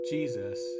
Jesus